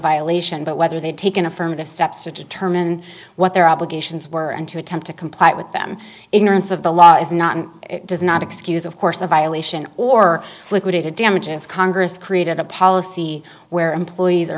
violation but whether they'd taken affirmative steps to determine what their obligations were and to attempt to comply with them ignorance of the law is not does not excuse of course the violation or liquidated damages congress created a policy where employees are